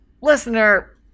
listener